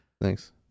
Thanks